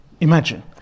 Imagine